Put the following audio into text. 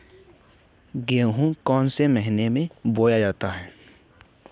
गेहूँ कौन से महीने में बोया जाता है?